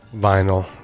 vinyl